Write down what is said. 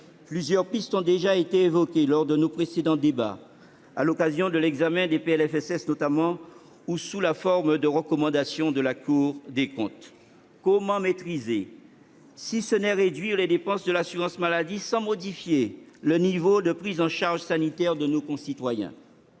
Plusieurs pistes ont déjà été évoquées lors de nos précédents débats, notamment à l'occasion de l'examen des PLFSS, ou sous la forme de recommandations de la Cour des comptes. Comment maîtriser, si ce n'est réduire, les dépenses de l'assurance maladie sans modifier le niveau de prise en charge sanitaire de nos concitoyens,